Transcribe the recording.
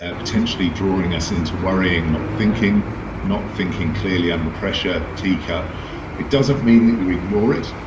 ah potentially drawing us into worrying, not thinking not thinking clearly under pressure, tcup. it doesn't mean that you ignore it.